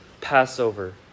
Passover